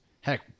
heck